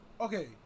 Okay